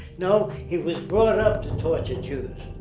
no, he was brought up to torture jews.